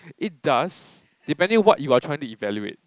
it does depending what you are trying to evaluate